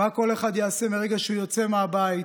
מה כל אחד יעשה מרגע שהוא יוצא מהבית,